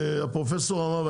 הפרופסור אמר,